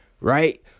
right